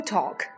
Talk